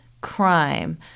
crime